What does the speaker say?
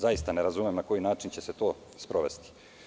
Zaista ne razumem na koji način će se to sprovesti.